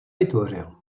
vytvořil